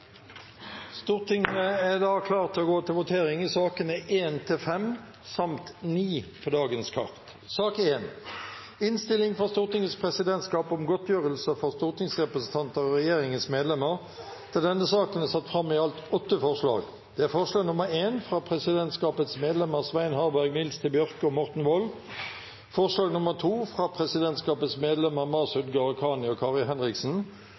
Stortinget er klar til å gå til votering i sakene nr. 1–5 samt 9 på dagens kart. Under debatten er det satt fram i alt åtte forslag. Det er forslag nr. 1, fra Nils T. Bjørke på vegne av presidentskapets medlemmer Svein Harberg, Nils T. Bjørke og Morten Wold forslag nr. 2, fra Masud Gharahkhani på vegne av presidentskapets medlemmer Masud Gharahkhani og Kari Henriksen forslag nr. 3, fra presidentskapets medlem